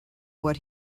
what